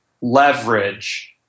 leverage